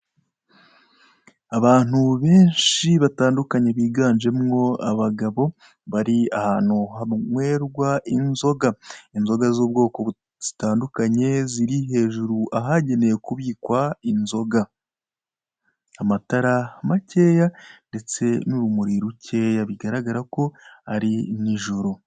Abantu benshi batandukanye biganjemo abagabo, bari ahantu hanywebwa inzoga. Inzoga z'ubwoko zitandukanye ziri hejuru ahagenewe kubikwa inzoga. Amatara makeya ndetse n'urumuri rukeya bigaragara ko ari nijoro.